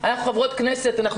אנחנו חברות כנסת,